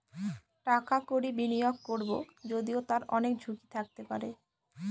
টাকা কড়ি বিনিয়োগ করবো যদিও তার অনেক ঝুঁকি থাকতে পারে